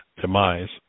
demise